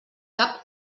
cap